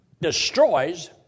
destroys